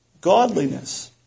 godliness